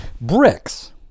bricks